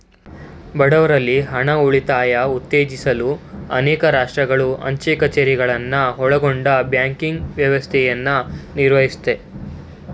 ಬಡವ್ರಲ್ಲಿ ಹಣ ಉಳಿತಾಯ ಉತ್ತೇಜಿಸಲು ಅನೇಕ ರಾಷ್ಟ್ರಗಳು ಅಂಚೆ ಕಛೇರಿಗಳನ್ನ ಒಳಗೊಂಡ ಬ್ಯಾಂಕಿಂಗ್ ವ್ಯವಸ್ಥೆಯನ್ನ ನಿರ್ವಹಿಸುತ್ತೆ